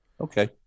Okay